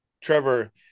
Trevor